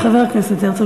חבר הכנסת הרצוג.